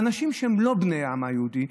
ואנשים שהם לא בני העם היהודי,